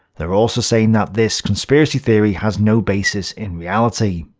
they're also saying that this conspiracy theory has no basis in reality.